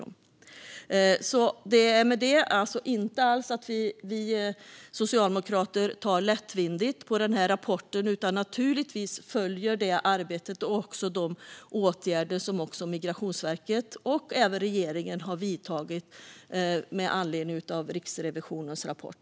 Vi socialdemokrater tar inte alls lättvindigt på rapporten, utan vi följer arbetet och de åtgärder som Migrationsverket och även regeringen gör med anledning av Riksrevisionens rapport.